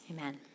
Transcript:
Amen